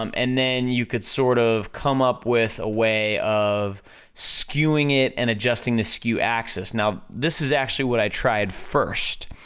um and then you could sort of come up with a way of skewing it and adjusting the skew axis, now, this is actually what i tried first,